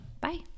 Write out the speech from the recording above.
Bye